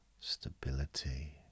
Stability